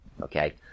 Okay